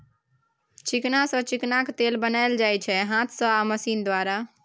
चिकना सँ चिकनाक तेल बनाएल जाइ छै हाथ सँ आ मशीन द्वारा